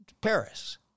Paris